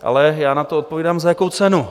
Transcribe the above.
Ale já na to odpovídám, za jakou cenu?